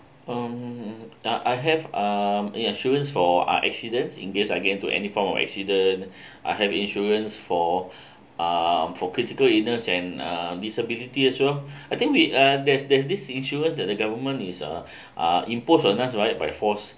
um that I have uh insurance for our accidents in case I gain to any form of accident I have insurance for uh for critical illness and uh disability as well I think we uh there's there's this insurance that the government is uh impose a nice right by force